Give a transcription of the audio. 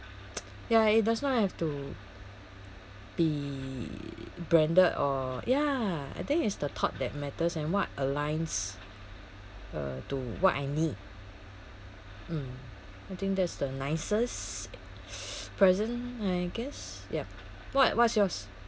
ya it does not have to be branded or ya I think it's the thought that matters and what aligns uh to what I need mm I think that's the nicest present I guess yup what what's yours